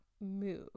move